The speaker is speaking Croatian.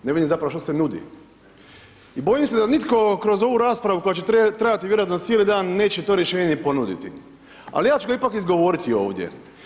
Ne vidim zapravo što se nudi i bojim se da nitko kroz ovu raspravu koja će trajati vjerojatno cijeli dan, neće to rješenje ponuditi, al, ja ću ga ipak izgovoriti ovdje.